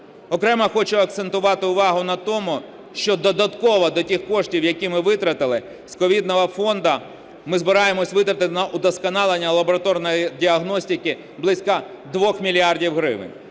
Окремо хочу акцентувати увагу на тому, що додатково до тих коштів, які ми витратили з ковідного фонду, ми збираємося видати на удосконалення лабораторної діагностики близько 2 мільярдів гривень,